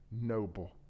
noble